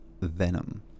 Venom